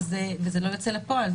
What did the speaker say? וזה לא יוצא לפועל.